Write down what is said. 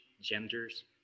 genders